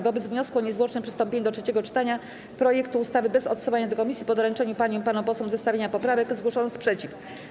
Wobec wniosku o niezwłoczne przystąpienie do trzeciego czytania projektu ustawy bez odsyłania do komisji po doręczeniu paniom i panom posłom zestawienia poprawek zgłoszono sprzeciw.